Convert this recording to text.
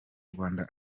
rwanda